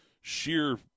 sheer